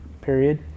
period